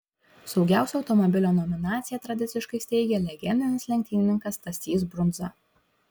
saugiausio automobilio nominaciją tradiciškai steigia legendinis lenktynininkas stasys brundza